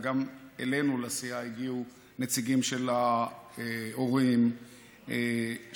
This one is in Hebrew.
וגם אלינו לסיעה הגיעו נציגים של ההורים שהזדעקו,